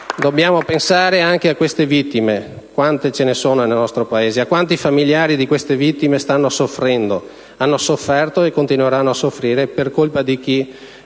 dobbiamo pensare anche a quante vittime ci sono nel nostro Paese, a quanti famigliari di queste vittime stanno soffrendo, hanno sofferto e continueranno a soffrire per colpa di chi